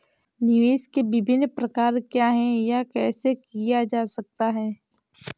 निवेश के विभिन्न प्रकार क्या हैं यह कैसे किया जा सकता है?